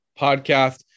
Podcast